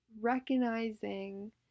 recognizing